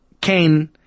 Cain